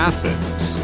Athens